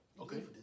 Okay